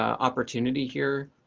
opportunity here.